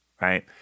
right